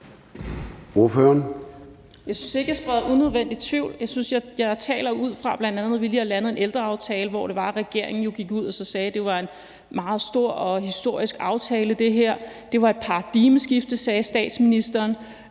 Jeg synes ikke, jeg spreder unødvendig tvivl. Jeg synes, jeg taler ud fra bl.a. det, at vi lige har landet en ældreaftale, hvor det var, at regeringen gik ud og sagde, at det her var en meget stor og historisk aftale, og statsministeren